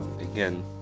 again